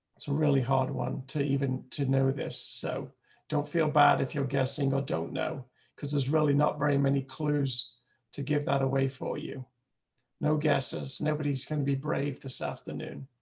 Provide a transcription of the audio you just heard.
it's a really hard one to even to know this. so don't feel bad if you're guessing or don't know because there's really not very many clues to give that away for you know guesses. nobody's going to be brave this afternoon.